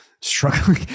struggling